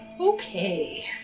Okay